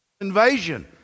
invasion